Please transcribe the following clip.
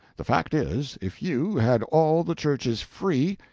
the fact is, if you had all the churches free,